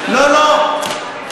לא לא,